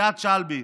איאד שלבי